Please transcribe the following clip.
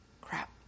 Crap